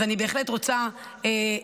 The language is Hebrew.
אז אני בהחלט רוצה לחזק